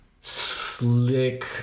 slick